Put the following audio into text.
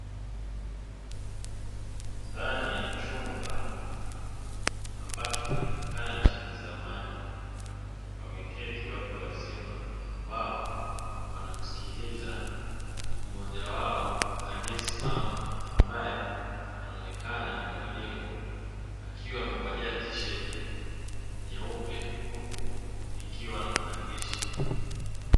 Ndani ya chumba ambacho kinaonekana ni cha kizamani wameketi watu wazima ambao wanamsikiliza mmoja wao aliesimama ambae anaonekana ni mwalimu akiwa amevalia tisheti nyeupe huku ikiwa na maandishi.